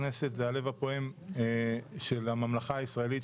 הכנסת היא הלב הפועם של הממלכה הישראלית,